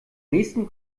nächsten